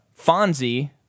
Fonzie